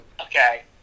Okay